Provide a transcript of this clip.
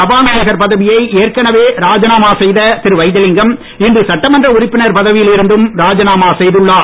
சபாநாயகர் பதவியை ஏற்கனவே ராஜினாமா செய்த திரு வைத்திலிங்கம் இன்று சட்டமன்ற உறுப்பினர் பதவியில் இருந்தும் ராஜினாமா செய்துள்ளார்